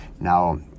now